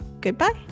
Goodbye